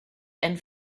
and